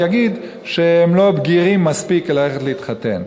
יגיד שהם לא בגירים מספיק ללכת להתחתן.